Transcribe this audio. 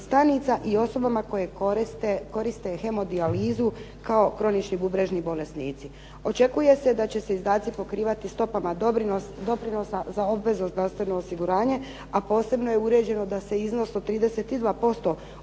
stanica i osobama koje koriste hemodijalizu kao kronični bubrežni bolesnici. Očekuje se da će se izdaci pokrivati stopama doprinosa za obvezno zdravstveno osiguranje, a posebno je uređeno da se iznos od 32%